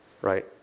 right